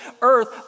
earth